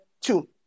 two